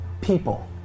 people